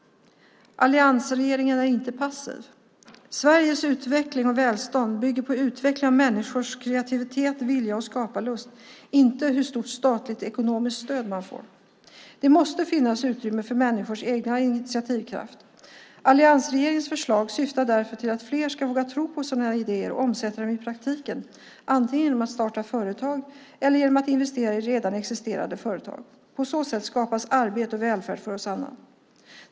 Alliansregeringen är inte passiv. Sveriges utveckling och välstånd bygger på att utveckla människors kreativitet, vilja och skaparlust, inte på hur stort statligt ekonomiskt stöd man får. Det måste finnas utrymme för människors egen initiativkraft. Alliansregeringens förslag syftar därför till att fler ska våga tro på sina idéer och omsätta dem i praktiken, antingen genom att starta företag eller genom att investera i redan existerande företag. På så sätt skapas arbete och välfärd för oss alla.